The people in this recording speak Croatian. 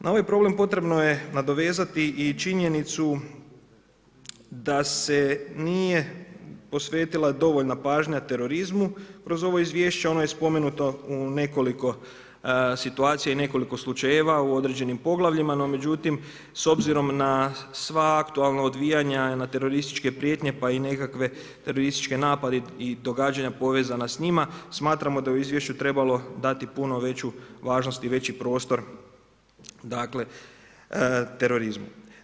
Na ovaj problem potrebno je nadovezati i činjenicu, da se nije posvetila dovoljna pažnja terorizmu kroz ovo izvješće, ono je spomenuto u nekoliko situacija i nekoliko slučajeva u određenim poglavljima, no međutim, s obzirom na sva aktualna odvijanja i na terorističke prijetnje, pa i nekakve terorističke napade i događanja povezana s njima, smatramo da je izvješću trebalo dati puno veću važnost i veći prostor terorizmu.